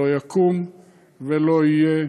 לא יקום ולא יהיה.